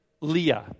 Leah